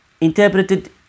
interpreted